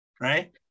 right